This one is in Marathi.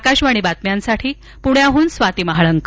आकाशवाणी बातम्यासाठी पुण्याहून स्वाती महाळंक